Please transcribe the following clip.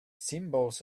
symbols